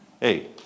Hey